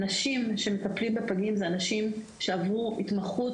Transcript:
אנשים שמטפלים בפגים אלה אנשים שעברו התמחות